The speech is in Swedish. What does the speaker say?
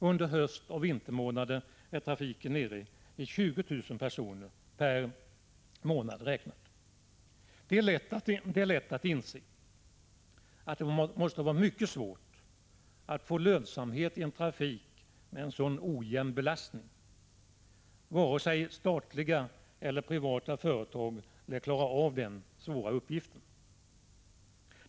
Under höstoch vintermånaderna är trafiken nere i 20 000 personer per månad. Det är lätt att inse att det måste vara mycket svårt att få lönsamhet i en trafik med så ojämn belastning. Varken statliga eller privata företag lär klara den svåra uppgiften.